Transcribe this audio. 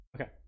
Okay